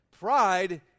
Pride